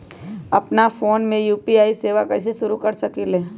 अपना फ़ोन मे यू.पी.आई सेवा कईसे शुरू कर सकीले?